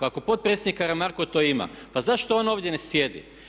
Ako potpredsjednik Karamarko to ima pa zašto on ovdje ne sjedi?